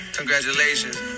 congratulations